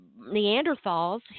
Neanderthals